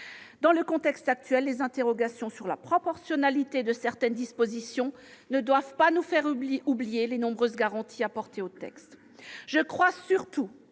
Dans le contexte actuel, les interrogations sur la proportionnalité de certaines dispositions ne doivent pas nous faire oublier les nombreuses garanties apportées au texte. Je crois surtout